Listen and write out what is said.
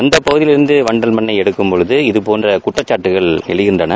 இந்தபகுதியில் இருந்துவண்டல் மண் எடுக்கும்போது இதபோன்றகுற்றச்சாட்டுகள் வருகின்றன